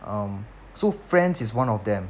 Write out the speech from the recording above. um so friends is one of them